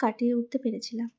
কাটিয়ে উঠতে পেরেছিলাম